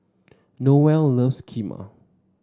Noelle loves Kheema